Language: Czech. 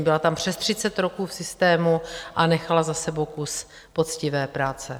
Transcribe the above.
Byla tam přes 30 roků v systému a nechala za sebou kus poctivé práce.